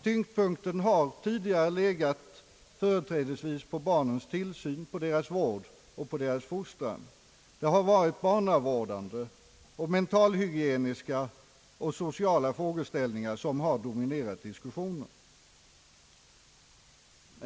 Tyngdpunkten har tidigare legat främst på barnens tillsyn, vård och fostran. Barnavårdande, mentalhygieniska och sociala fråge ställningar har dominerat diskussionen.